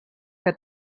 que